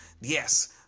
yes